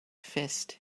fist